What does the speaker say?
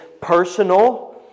personal